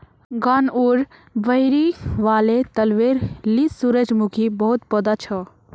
गांउर बहिरी वाले तलबेर ली सूरजमुखीर बहुत पौधा छ